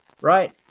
right